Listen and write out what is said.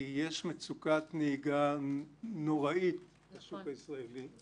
כי יש מצוקת נהיגה נוראית בשוק הישראלי.